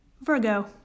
virgo